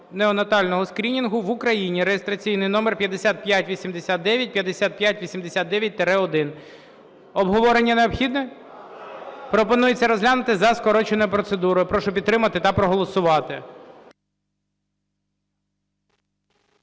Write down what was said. неонатального скринінгу в Україні (реєстраційний номер 5589, 5589-1). Обговорення необхідне? Пропонується розглянути за скороченою процедурою. Прошу підтримати та проголосувати.